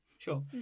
Sure